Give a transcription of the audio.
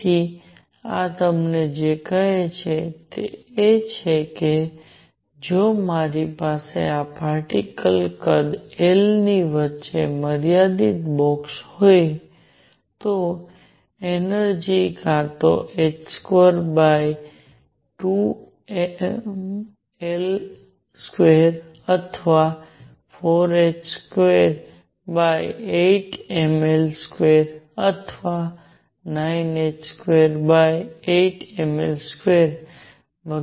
તેથી આ તમને જે કહે છે તે એ છે કે જો મારી પાસે આ પાર્ટીકલ્સ કદ L ની વચ્ચે મર્યાદિત બોક્સમાં હોય તો એનર્જિ કાં તો h28mL2 અથવા 4h28mL2 અથવા 9h28mL2 વગેરે જેટલી છે